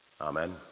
Amen